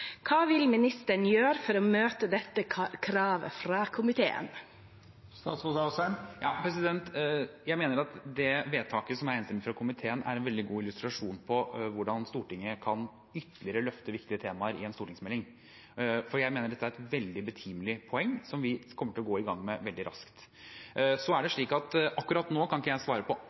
Hva vil ministeren gjøre for å møte dette kravet fra komiteen? Jeg mener at det vedtaket som er innstillingen fra komiteen, er en veldig god illustrasjon på hvordan Stortinget kan løfte viktige temaer i en stortingsmelding ytterligere, for jeg mener dette er et veldig betimelig poeng, som vi kommer til å gå i gang med veldig raskt. Så er det slik at akkurat nå kan jeg ikke svare på